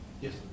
Yes